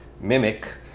Mimic